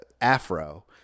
Afro